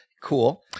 Cool